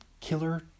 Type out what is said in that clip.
killer